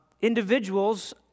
Individuals